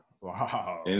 Wow